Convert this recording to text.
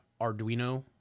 Arduino